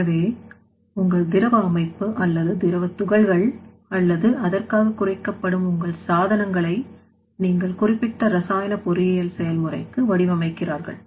எனவே உங்கள் திரவஅமைப்பு அல்லது திரவ துகள்கள் அல்லது அதற்காக குறைக்கப்படும் உங்கள் சாதனங்களை நீங்கள் குறிப்பிட்ட ரசாயன பொறியியல் செயல்முறைக்கு வடிவமைக்கிறார்கள்